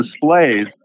displays